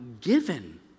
given